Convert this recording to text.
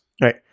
right